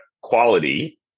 quality